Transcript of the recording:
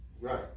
Right